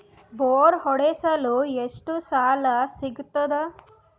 Bore ಹೊಡೆಸಲು ಎಷ್ಟು ಸಾಲ ಸಿಗತದ?